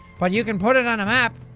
but you can put it on a map.